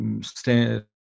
stand